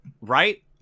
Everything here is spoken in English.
right